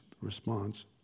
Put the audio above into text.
response